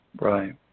Right